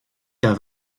qu’un